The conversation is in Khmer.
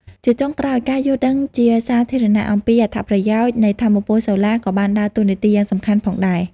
ជាចុងក្រោយ ការយល់ដឹងជាសាធារណៈ អំពីអត្ថប្រយោជន៍នៃថាមពលសូឡាក៏បានដើរតួនាទីយ៉ាងសំខាន់ផងដែរ។